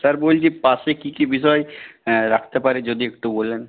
sir বলছি পাসে কি কি বিষয় রাখতে পারি যদি একটু বলেন